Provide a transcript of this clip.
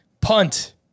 punt